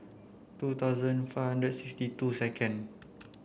two thousand five hundred sixty two second